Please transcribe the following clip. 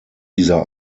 dieser